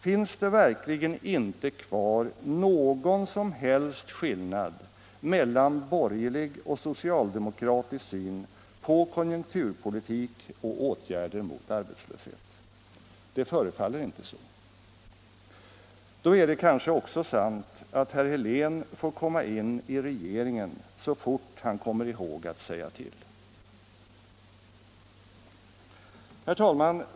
Finns det verkligen inte kvar någon som helst skillnad mellan borgerlig och socialdemokratisk syn på konjunkturpolitik och åtgärder mot arbetslöshet? Det förefaller inte så. Då är det kanske också sant att herr Helén får komma in i regeringen så fort han kommer ihåg att säga till. Herr talman!